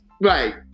Right